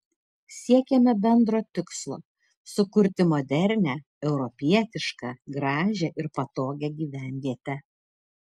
siekėme bendro tikslo sukurti modernią europietišką gražią ir patogią gyvenvietę